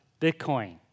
Bitcoin